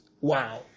Wow